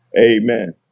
amen